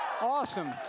Awesome